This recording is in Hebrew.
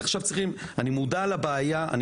אני מודע לבעיה של חופש אקדמי,